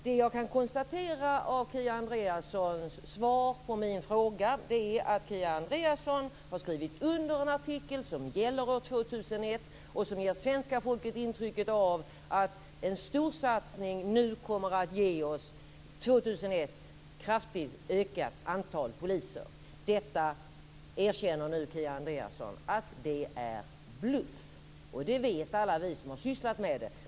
Det jag kan konstatera av Kia Andreassons svar på min fråga är att hon har skrivit under en artikel som gäller år 2001 och som ger svenska folket intrycket av att en storsatsning kommer att ge oss nu - Kia Andreasson att det är bluff. Det vet alla vi som har sysslat med det.